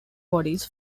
bodies